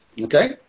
Okay